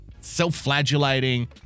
Self-flagellating